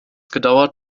gedauert